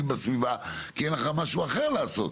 בסביבה כי אין לך משהו אחר לעשות.